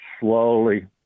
Slowly